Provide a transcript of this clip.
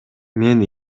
мен